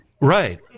right